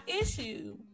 issue